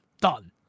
Done